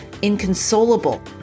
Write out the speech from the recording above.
inconsolable